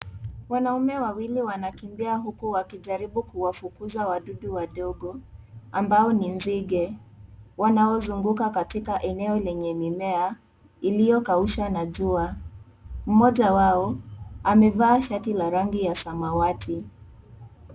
Wanaume wawili wanakimbia huku wakijaribu kuwafukuza wadudu wadogo ambao ni nzige wanaozunguka katika eneo lenye mimea iliyokaushwa na jua, mmoja wao amevaa shati la rangi ya samawati.